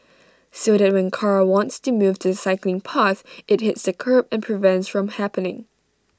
so that when car wants to move to the cycling path IT hits the kerb and prevents from happening